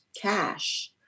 cash